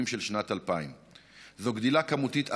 של שנת 2000. זו גדילה כמותית עצומה,